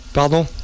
Pardon